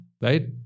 right